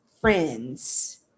friends